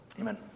Amen